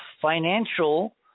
financial